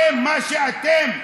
זה מה שאתם.